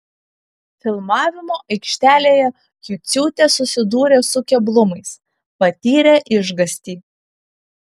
filmavimo aikštelėje juciūtė susidūrė su keblumais patyrė išgąstį